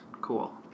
cool